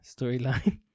storyline